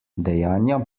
dejanja